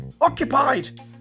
Occupied